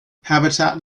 habitat